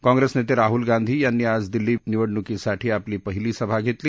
काँग्रेस नेते राहूल गांधी यांनी आज दिल्ली निवडणूसाठी आपली पहिली सभा घेतली